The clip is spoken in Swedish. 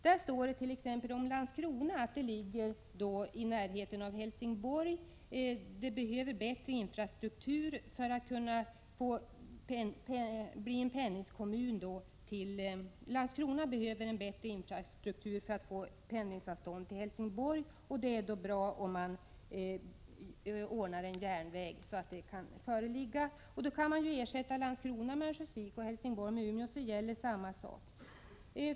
Där står det t.ex. om Landskrona, som ligger i närheten av Helsingborg, att Landskrona behöver en bättre infrastruktur för att få pendlingsavstånd till Helsingborg och att det är bra om man bygger en järnväg, så att möjligheter till pendling kan föreligga. Om man ersätter Landskrona med Örnsköldsvik och Helsingborg med Umeå, så gäller samma sak.